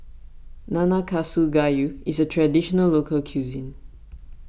Nanakusa Gayu is a Traditional Local Cuisine